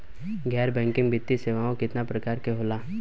गैर बैंकिंग वित्तीय सेवाओं केतना प्रकार के होला?